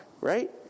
right